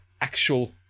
actual